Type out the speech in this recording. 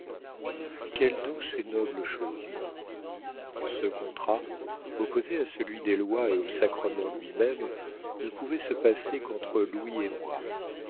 quelle douce et noble chose ce contrat opposé à celui des lois et au sacrement lui-même ne pouvait se passer qu'entre louis et moi